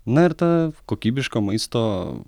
na ir ta kokybiško maisto